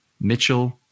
Mitchell